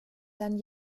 dann